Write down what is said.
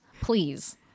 Please